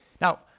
Now